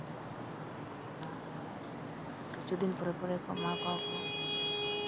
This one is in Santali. ᱟᱨ ᱠᱤᱪᱷᱩ ᱫᱤᱱ ᱯᱚᱨᱮ ᱯᱚᱨᱮ ᱠᱚ ᱮᱢᱟ ᱠᱚᱣᱟ ᱠᱚ